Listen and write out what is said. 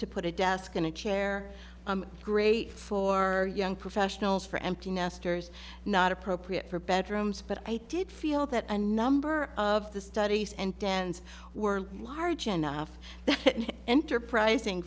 to put a desk going to chair great for young professionals for empty nesters not appropriate for bedrooms but i did feel that a number of the studies and dan's were large enough that enterprising